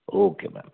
okay ma'am